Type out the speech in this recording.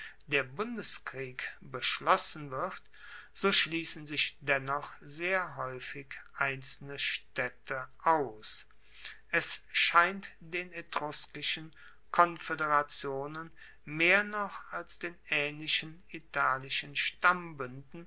der bundeskrieg beschlossen wird so schliessen sich dennoch sehr haeufig einzelne staedte aus es scheint den etruskischen konfoederationen mehr noch als den aehnlichen italischen stammbuenden